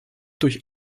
durch